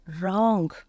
wrong